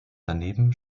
daneben